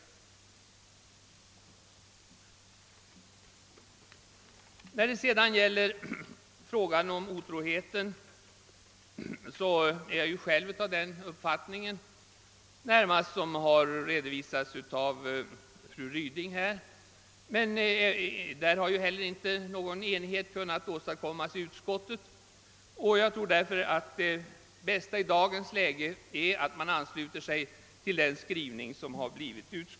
När det gäller frågan om otroheten har jag personligen den uppfattning, som närmast har redovisats av fru Ryding. Inte heller därvidlag har emellertid någon enighet kunnat åstadkommas i utskottet. Det bästa är därför i dagens läge att man ansluter sig till utskottets skrivning.